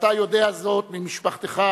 ואתה יודע זאת ממשפחתך,